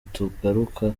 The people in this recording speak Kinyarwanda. tugaruka